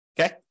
Okay